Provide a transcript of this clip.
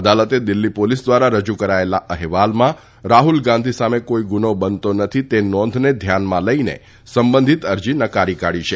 અદાલતે દિલ્ફી પોલીસ દ્વારા રજૂ કરાયેલા અહેવાલમાં રાહ્લ ગાંધી સામે કોઇ ગુનો બનતો નથી એ નોંધને ધ્યાનમાં લઇને સંબંધિત અરજી નકારી કાઢી છે